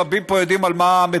בלי שרבים פה יודעים על מה מדובר.